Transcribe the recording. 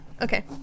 Okay